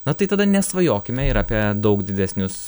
na tai tada nesvajokime ir apie daug didesnius